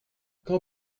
quand